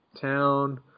Town